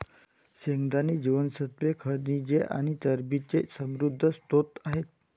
शेंगदाणे जीवनसत्त्वे, खनिजे आणि चरबीचे समृद्ध स्त्रोत आहेत